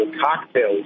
cocktails